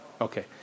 Okay